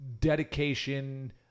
dedication